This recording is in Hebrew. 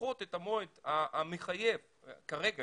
לדחות את המועד המחייב כרגע,